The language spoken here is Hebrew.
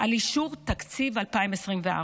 על אישור תקציב 2024,